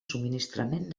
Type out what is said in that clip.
subministrament